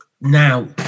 now